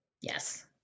Yes